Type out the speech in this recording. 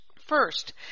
First